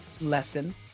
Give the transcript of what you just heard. lesson